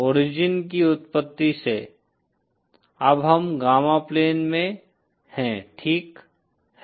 origin की उत्पत्ति से अब हम गामा प्लेन में हैं ठीक है